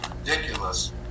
ridiculous